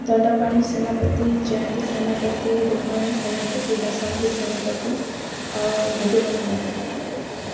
ଦଣ୍ଡପାଣି ସେନାପତି ଜୟନ୍ତୀ ସେନାପତି ରୁକ୍ମିଣୀ ସେନାପତି ବାସନ୍ତୀ ସେନାପତି ଆଉ ଭୂଦେବ ସେନାପତି